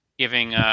Giving